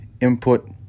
input